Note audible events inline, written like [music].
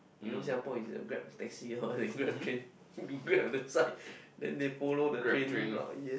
you know Singapore is a Grab Taxi all [laughs] the grab train you grab the side then they follow the train route yes